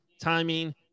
timing